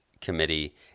committee